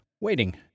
waiting